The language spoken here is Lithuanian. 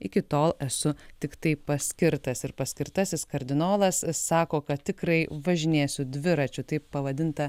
iki tol esu tiktai paskirtas ir paskirtasis kardinolas sako kad tikrai važinėsiu dviračiu taip pavadinta